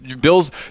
Bill's